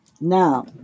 Now